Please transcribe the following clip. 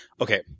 okay